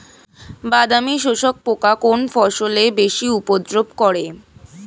বাদামি শোষক পোকা কোন ফসলে বেশি উপদ্রব করে?